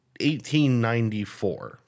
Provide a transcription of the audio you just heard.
1894